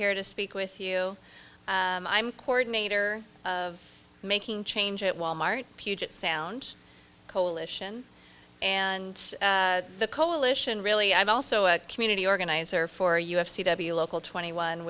here to speak with you i'm cord nadir of making change at walmart puget sound coalition and the coalition really i'm also a community organizer for us c w local twenty one